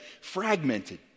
fragmented